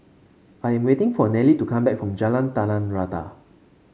I am waiting for Nelie to come back from Jalan Tanah Rata